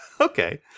Okay